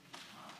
עולים,